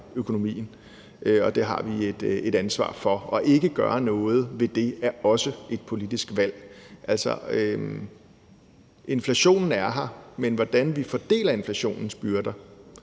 økonomien, og det har vi et ansvar for. Ikke at gøre noget ved det er også et politisk valg. Altså, inflationen er her, men hvordan vi fordeler inflationens byrder